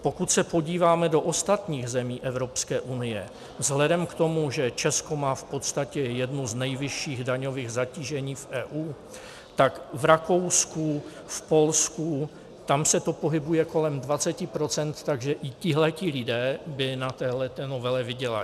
Pokud se podíváme do ostatních zemí Evropské unie, vzhledem k tomu, že Česko má v podstatě jedno z nejvyšších daňových zatížení v EU, tak v Rakousku, v Polsku, tam se to pohybuje kolem 20 %, takže i tihle lidé by na téhle novele vydělali.